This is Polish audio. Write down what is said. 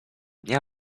dnia